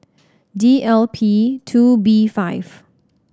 D L P two B five